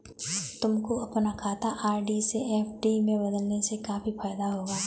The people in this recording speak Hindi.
तुमको अपना खाता आर.डी से एफ.डी में बदलने से काफी फायदा होगा